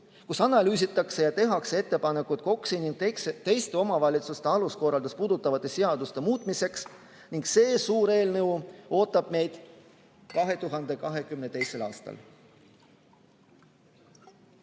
kus analüüsitakse ning tehakse ettepanekud KOKS-i ja teiste omavalitsuste aluskorraldust puudutavate seaduste muutmiseks. See suur eelnõu ootab meid 2022. aastal.